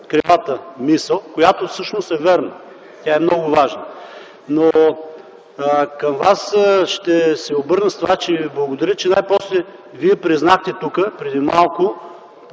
крилата мисъл, която всъщност е вярна. Тя е много важна. Към Вас ще се обърна с това, че Ви благодаря, че най-после Вие признахте тук преди малко